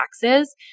taxes